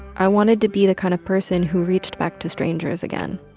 i wanted to be the kind of person who reached back to strangers again,